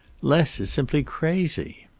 les is simply crazy.